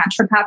naturopath